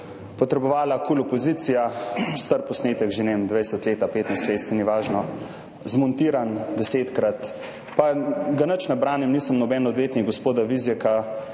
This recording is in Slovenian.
potrebovala opozicija KUL, posnetek, star že, ne vem, 20 let, 15 let, saj ni važno, zmontiran desetkrat. Pa ga nič ne branim, nisem noben odvetnik gospoda Vizjaka.